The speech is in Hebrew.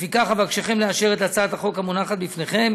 לפיכך אבקשכם לאשר את הצעת החוק המונחת בפניכם